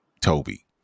Toby